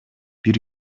бир